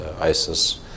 ISIS